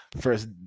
first